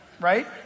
right